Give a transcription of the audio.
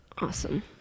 Awesome